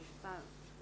כי,